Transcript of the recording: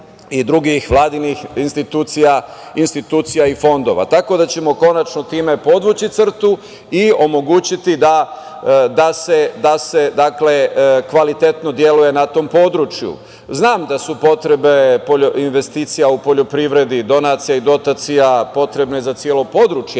i drugih Vladinih institucija i fondova. Tako da ćemo konačno time podvući crtu i omogućiti da se kvalitetno deluje na tom području. Znam da su potrebe investicija u poljoprivredi donacija i dotacija potrebne za celo područje,